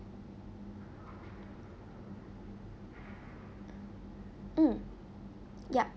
mm yup